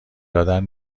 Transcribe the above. دادن